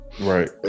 Right